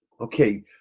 Okay